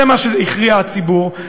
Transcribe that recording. זה מה שהכריע הציבור.